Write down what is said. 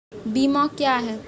बीमा क्या हैं?